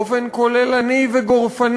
באופן כוללני וגורף.